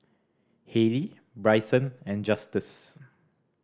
Hailee Bryson and Justus